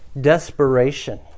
Desperation